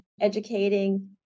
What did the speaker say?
educating